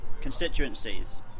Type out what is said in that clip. constituencies